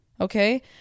Okay